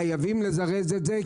חייבים לזרז את זה,